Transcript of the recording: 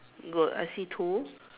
good I see two